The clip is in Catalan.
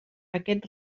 aquest